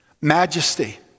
Majesty